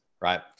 right